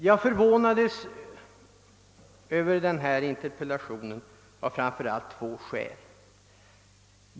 Jag blev förvånad över denna interpellation av framför allt två skäl.